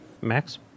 max